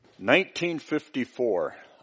1954